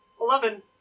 Eleven